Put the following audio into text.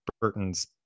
Burton's